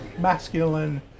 masculine